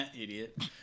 idiot